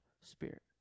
Spirit